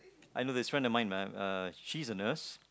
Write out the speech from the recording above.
I know this friend of mine uh she's a nurse